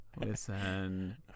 Listen